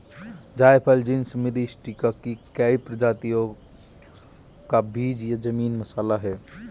जायफल genus Myristica की कई प्रजातियों का बीज या जमीन का मसाला है